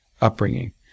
upbringing